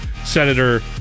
senator